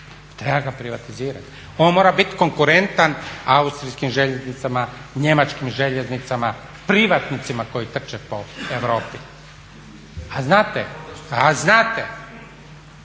treba ga privatizirati. On mora bit konkurentan austrijskim željeznicama, njemačkim željeznicama, privatnicima koji trče po Europi. A znate,